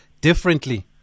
differently